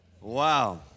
Wow